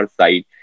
side